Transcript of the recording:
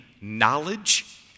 knowledge